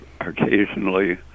occasionally